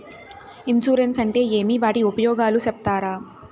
Insurance అంటే ఏమి? వాటి ఉపయోగాలు సెప్తారా?